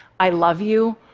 i love you.